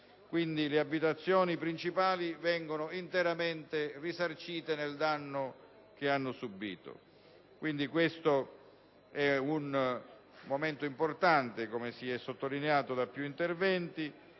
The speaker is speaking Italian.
Quindi le abitazioni principali vengono interamente risarcite del danno che hanno subito. Questo è un momento importante, come si è sottolineato in più interventi,